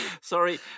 Sorry